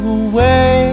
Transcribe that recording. away